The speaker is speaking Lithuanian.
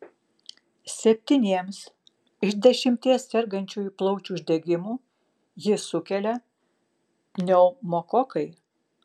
septyniems iš dešimties sergančiųjų plaučių uždegimu jį sukelia pneumokokai